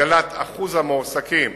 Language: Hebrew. הגדלת אחוז המועסקים